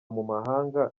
mumahanga